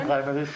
חשמלאים מעשיים,